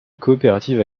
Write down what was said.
coopérative